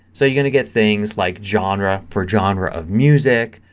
so you're going to get things like genre for genre of music,